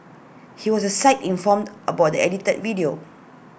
he was the site informed about the edited video